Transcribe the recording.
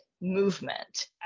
movement